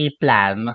plan